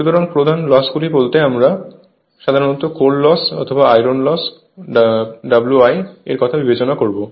সুতরাং প্রধান লসগুলি বলতে আমরা সাধারণত কোর লস অথবা আয়রন লস Wi এর কথা বিবেচনা করব